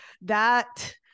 that-